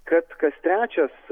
kad kas trečias